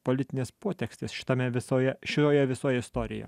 politinės potekstės šitame visoje šioje visoje istorijoje